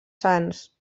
sans